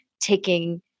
taking